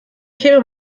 käme